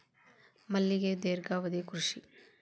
ಮಲ್ಲಿಗೆಯು ದೇರ್ಘಾವಧಿಯ ಕೃಷಿ